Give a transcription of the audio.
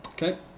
Okay